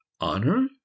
honor